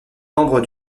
membre